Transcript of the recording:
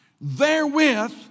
therewith